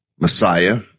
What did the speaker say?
Messiah